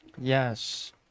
Yes